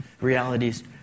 realities